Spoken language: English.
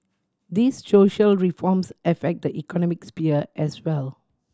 these social reforms affect the economic sphere as well